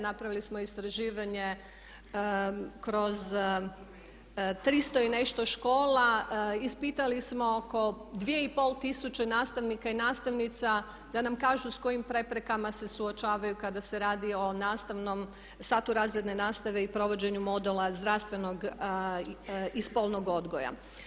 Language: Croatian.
Napravili smo istraživanje kroz tristo i nešto škola, ispitali smo oko 2,5 tisuće nastavnika i nastavnica da nam kažu s kojim preprekama se suočavaju kada se radi o nastavnom, satu razredne nastave i provođenju modula zdravstvenog i spolnog odgoja.